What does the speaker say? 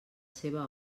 seva